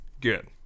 good